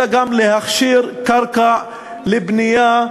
אלא גם להכשיר קרקע לבנייה,